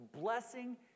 blessing